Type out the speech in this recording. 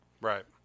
Right